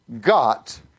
got